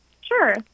Sure